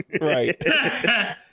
Right